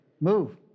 move